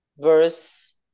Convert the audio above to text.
verse